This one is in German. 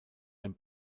ein